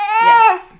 Yes